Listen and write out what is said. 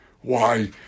Why